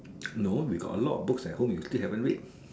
no we got a lot of books at home you still haven't read